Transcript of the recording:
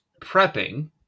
prepping